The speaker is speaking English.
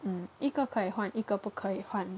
mm 一个可以换一个不可以换